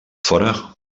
fora